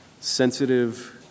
sensitive